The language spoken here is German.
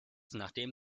nachdem